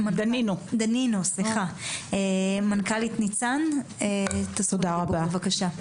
דנינו, מנכ"לית ניצ"ן, את זכות הדיבור, בבקשה.